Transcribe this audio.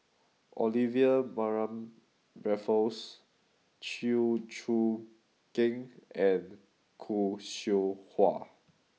Olivia Mariamne Raffles Chew Choo Keng and Khoo Seow Hwa